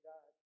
God